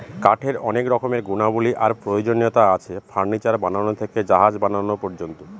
কাঠের অনেক রকমের গুণাবলী আর প্রয়োজনীয়তা আছে, ফার্নিচার বানানো থেকে জাহাজ বানানো পর্যন্ত